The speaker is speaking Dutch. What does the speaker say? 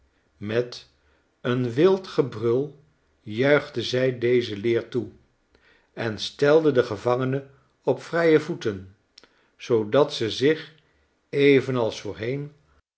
met een wild gebrul juichte zij deze leer toe on stelde de gevangene op vrije voeten zoodat ze zich evenals voorheen